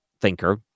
thinker